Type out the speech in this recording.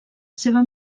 seva